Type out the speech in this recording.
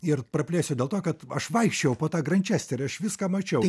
ir praplėsiu dėl to kad aš vaikščiojau po tą grančesterį aš viską mačiau